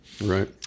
Right